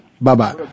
Bye-bye